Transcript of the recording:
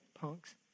punks